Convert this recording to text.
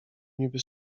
niby